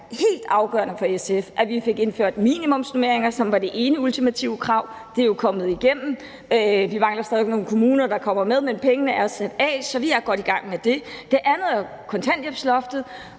helt afgørende for SF, at vi fik indført minimumsnormeringer, som var det ene ultimative krav. Det er jo kommet igennem. Vi mangler stadig væk, at nogle kommuner kommer med, men pengene er sat af, så vi er godt i gang med det. Det andet er jo kontanthjælpsloftet,